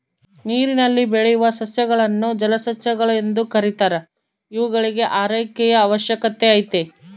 ನೀರಿನಲ್ಲಿ ಬೆಳೆಯುವ ಸಸ್ಯಗಳನ್ನು ಜಲಸಸ್ಯಗಳು ಎಂದು ಕೆರೀತಾರ ಇವುಗಳಿಗೂ ಆರೈಕೆಯ ಅವಶ್ಯಕತೆ ಐತೆ